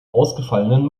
ausgefallenen